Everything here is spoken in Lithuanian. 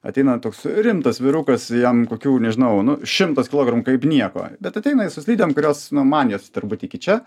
ateina toks rimtas vyrukas jam kokių nežinau nu šimtas kilogramų kaip nieko bet ateina jis su slidėm kurios nu man jos turbūt iki čia